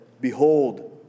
behold